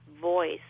voice